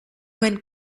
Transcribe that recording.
went